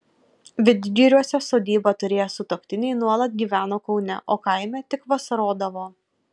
vidgiriuose sodybą turėję sutuoktiniai nuolat gyveno kaune o kaime tik vasarodavo